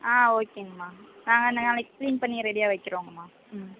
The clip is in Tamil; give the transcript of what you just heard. ஆ ஓகேங்கமா ஆ நாளைக்கு க்ளீன் பண்ணி ரெடியாக வைக்கிறோங்கமா ம்